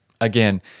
again